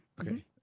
Okay